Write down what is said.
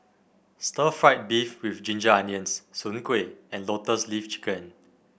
Stir Fried Beef with Ginger Onions Soon Kway and Lotus Leaf Chicken